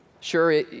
Sure